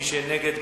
מי שנגד,